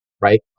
right